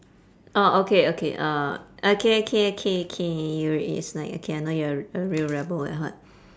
orh okay okay uh okay K K K you is like okay I know you're a re~ a real rebel at heart